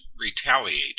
retaliate